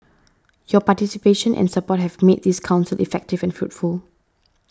your participation and support have made this Council effective and fruitful